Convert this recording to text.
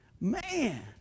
Man